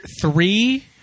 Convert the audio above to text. three